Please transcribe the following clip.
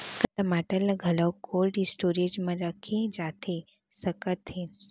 का टमाटर ला घलव कोल्ड स्टोरेज मा रखे जाथे सकत हे?